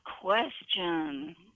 question